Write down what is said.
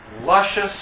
luscious